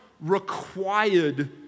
required